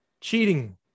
Cheating